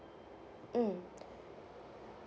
mm